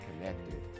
connected